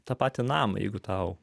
tą patį namą jeigu tau